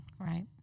Right